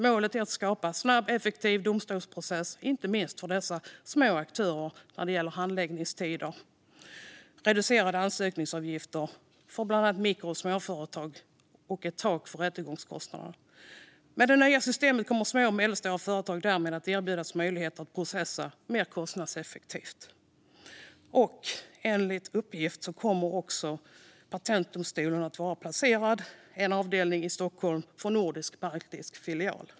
Målet är att skapa en snabb och effektiv domstolsprocess inte minst för dessa små aktörer när det gäller handläggningstider, reducerade ansökningsavgifter för bland annat mikro och småföretag samt ett tak för rättegångskostnader. Med det nya systemet kommer små och medelstora företag därmed att erbjudas möjligheten att processa mer kostnadseffektivt. Enligt uppgift kommer en nordisk-baltisk filial av patentdomstolen att vara placerad i Stockholm.